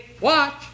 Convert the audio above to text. watch